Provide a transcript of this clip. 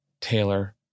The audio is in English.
Taylor